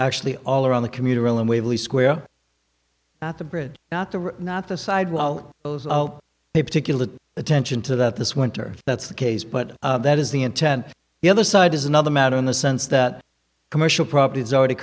actually all around the commuter rail and waverly square at the bridge not the not the side wall pay particular attention to that this winter that's the case but that is the intent the other side is another matter in the sense that commercial property is already